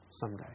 Someday